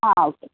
ആ ഓക്കെ